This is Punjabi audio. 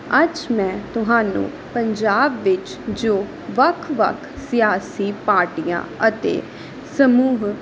ਅੱਜ ਮੈਂ ਤੁਹਾਨੂੰ ਪੰਜਾਬ ਵਿੱਚ ਜੋ ਵੱਖ ਵੱਖ ਸਿਆਸੀ ਪਾਰਟੀਆਂ ਅਤੇ ਸਮੂਹ